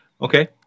Okay